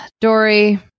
Dory